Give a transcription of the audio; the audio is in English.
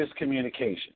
miscommunication